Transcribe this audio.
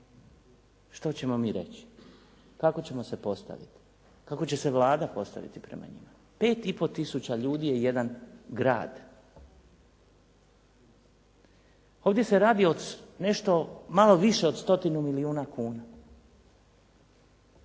što ćemo mi reći, kako ćemo se postaviti, kako će se Vlada postaviti prema njima. 5 i pol tisuća ljudi je jedan grad. Ovdje se radi o nešto malo više od 100 milijuna kuna.